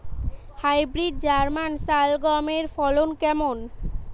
Hybrid German শালগম এর ফলন কেমন?